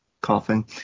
coughing